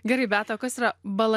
gerai beata o kas yra bala